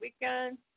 weekend